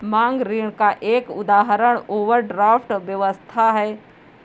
मांग ऋण का एक उदाहरण ओवरड्राफ्ट व्यवस्था है